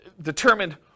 determined